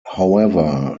however